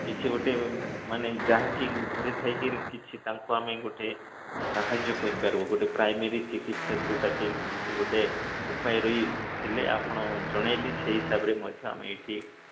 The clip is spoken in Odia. କିଛି ଗୋଟେ ମାନେ ଯାହାକି ଘରେ ଥାଇକି କିଛି ତାଙ୍କୁ ଆମେ ଗୋଟେ ସାହାଯ୍ୟ କରିପାରିବୁ ଗୋଟେ ପ୍ରାଇମେରୀ ଚିକିତ୍ସା ଯୋଉଁଟା କିଛିଗୋଟେ ଉପାୟ ଥିଲେ ଆପଣ ଜଣେଇବେ ସେଇ ହିସାବରେ ଆମେ ଏଠି